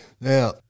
Now